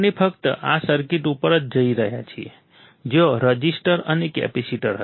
આપણે ફક્ત આ સર્કિટ ઉપર જ જોઈ રહ્યા છીએ જ્યાં રઝિસ્ટર અને કેપેસિટર હતા